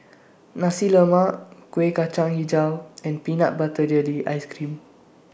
Nasi Lemak Kueh Kacang Hijau and Peanut Butter Jelly Ice Cream